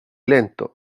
lento